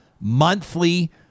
monthly